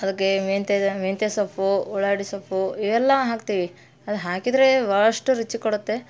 ಅದಕ್ಕೆ ಮೆಂತೇದು ಮೆಂತೆ ಸೊಪ್ಪು ಉಳ್ಳಾಗಡ್ಡಿ ಸೊಪ್ಪು ಇವೆಲ್ಲ ಹಾಕ್ತೀವಿ ಅದು ಹಾಕಿದರೆ ಭಾಳಷ್ಟು ರುಚಿ ಕೊಡುತ್ತೆ